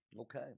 Okay